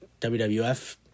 WWF